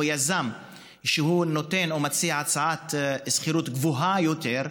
ביזם שנותן או מציע הצעת שכירות גבוהה יותר,